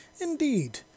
Indeed